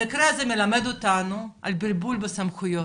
המקרה הזה מלמד אותנו על בלבול בסמכויות.